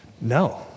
no